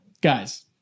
guys